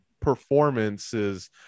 performances